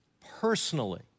personally